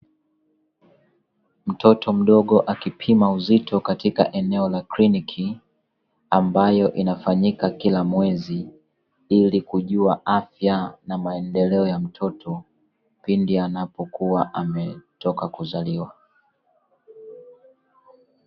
Mtoto mdogo akipima uzito katika eneo la kliniki ambayo inafanyika kila kila mwezi, ili kujua afya na maendeleo ya mtoto pindi anapokuwa ametoka kuzaliwa.